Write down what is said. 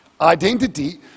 Identity